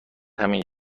همین